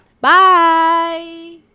Bye